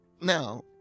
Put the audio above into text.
now